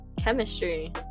Chemistry